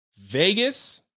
Vegas